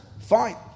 Fine